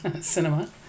cinema